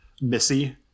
Missy